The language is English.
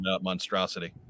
monstrosity